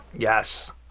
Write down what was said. Yes